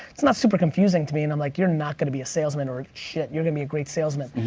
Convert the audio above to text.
it's not super confusing to me and i'm like you're not gonna be a salesman or shit you're gonna be a great salesman.